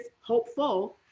hopeful